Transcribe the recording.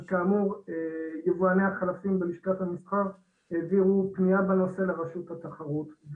אז כאמור יבואני החלפים בלשכת המסחר העבירו פנייה בנושא לרשות התחרות.